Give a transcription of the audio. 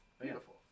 Beautiful